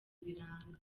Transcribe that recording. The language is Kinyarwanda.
biranga